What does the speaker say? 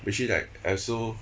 atually like I also